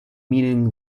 meaning